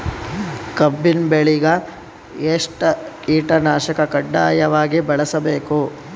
ಕಬ್ಬಿನ್ ಬೆಳಿಗ ಎಷ್ಟ ಕೀಟನಾಶಕ ಕಡ್ಡಾಯವಾಗಿ ಬಳಸಬೇಕು?